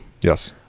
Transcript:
Yes